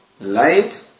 light